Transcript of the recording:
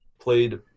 played